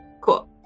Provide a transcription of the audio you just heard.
Cool